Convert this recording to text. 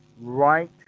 right